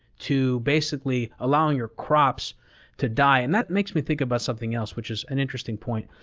to basically allowing your crops to die. and that makes me think about something else, which is an interesting point.